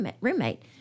roommate